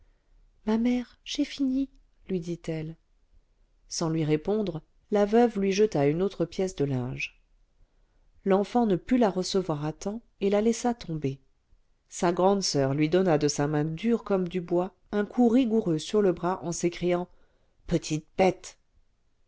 ma mère j'ai fini lui dit-elle sans lui répondre la veuve lui jeta une autre pièce de linge l'enfant ne put la recevoir à temps et la laissa tomber sa grande soeur lui donna de sa main dure comme du bois un coup rigoureux sur le bras en s'écriant petite bête